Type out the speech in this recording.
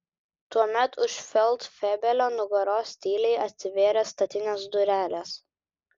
tuomet už feldfebelio nugaros tyliai atsivėrė statinės durelės